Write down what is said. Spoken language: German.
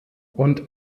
und